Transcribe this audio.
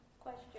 Question